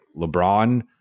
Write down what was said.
LeBron